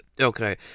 okay